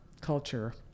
culture